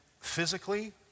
Physically